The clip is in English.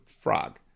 frog